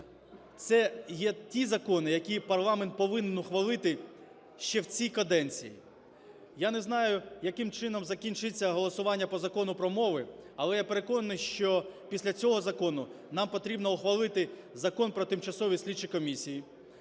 Це є ті закони, які парламент повинен ухвалити ще в цій каденції. Я не знаю, яким чином закінчиться голосування по Закону про мови, але я переконаний, що після цього закону нам потрібно ухвалити Закон про тимчасові слідчі комісії,